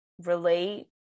relate